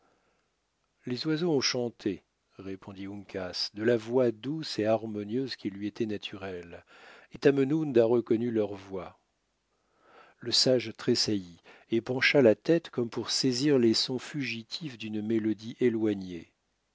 les oiseaux ont chanté répondit uncas de la voix douce et harmonieuse qui lui était naturelle et tamenund a reconnu leur voix le sage tressaillit et pencha la tête comme pour saisir les sons fugitifs d'une mélodie éloignée